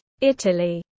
Italy